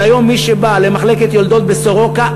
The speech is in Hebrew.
אבל היום מי שבא למחלקת יולדות בסורוקה,